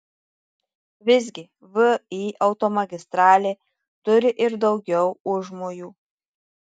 visgi vį automagistralė turi ir daugiau užmojų